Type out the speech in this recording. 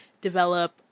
develop